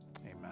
amen